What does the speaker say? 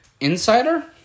Insider